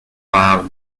fire